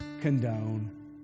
condone